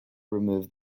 removed